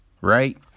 right